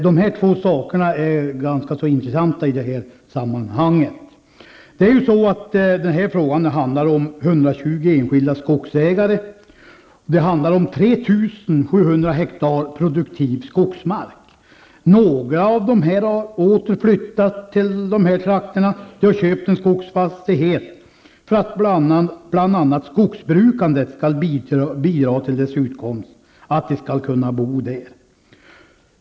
Dessa två saker är ganska intressanta i det här sammanhanget. Det handlar här om 120 enskilda skogsägare och 3 700 hektar produktiv skogsmark. Några av dessa människor har flyttat åter till dessa trakter och köpt en skogsfastighet med avsikten att bl.a. skogsbruket skall bidra till att de skall kunna bo där.